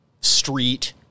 street